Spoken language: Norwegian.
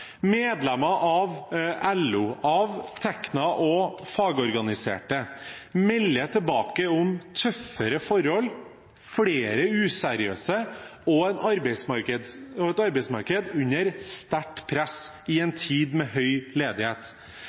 medlemmer av LO og Tekna og fagorganiserte, melder tilbake om tøffere forhold, flere useriøse, og et arbeidsmarked under sterkt press i en tid med høy ledighet.